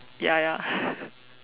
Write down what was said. ya ya